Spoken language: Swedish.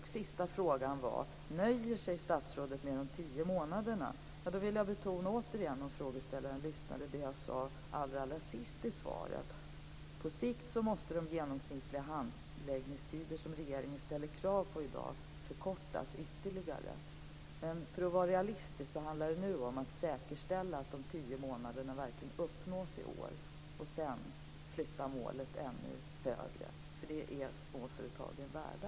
Den sista frågan var: Nöjer sig statsrådet med de tio månaderna? Då vill jag återigen betona det jag sade allra sist i svaret, nämligen att på sikt måste de genomsnittliga handläggningstider som regeringen ställer krav på i dag förkortas ytterligare. Men för att vara realistiskt handlar det nu om att säkerställa att en handläggningstid på tio månader verkligen uppnås i år. Sedan får vi höja målet. Det är småföretagen värda.